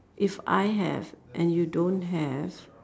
if I have and you don't have